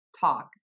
talk